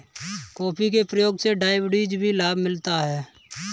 coffee के प्रयोग से डायबिटीज में भी लाभ मिलता है